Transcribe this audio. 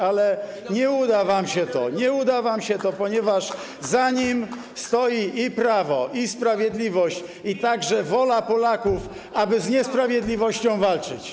Ale nie uda wam się to, nie uda wam się to, ponieważ za nim stoi i prawo, i sprawiedliwość, i także wola Polaków, aby z niesprawiedliwością walczyć.